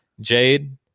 Jade